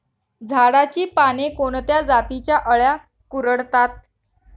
झाडाची पाने कोणत्या जातीच्या अळ्या कुरडतात?